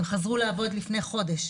הם חזרו לעבוד לפני חודש,